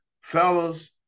fellas